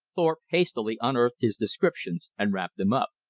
thorpe hastily unearthed his descriptions and wrapped them up.